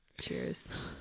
cheers